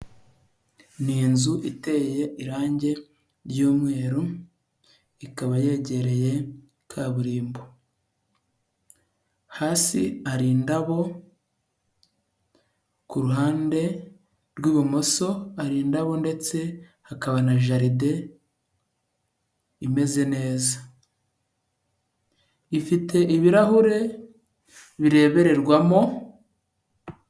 Ni inzu iteye irangi ry'umweru, ikaba yegereye kaburimbo, hasi hari indabo, ku ruhande rw'ibumoso hari indabo ndetse hakaba na jaride, imeze neza, ifite ibirahure birebererwamo...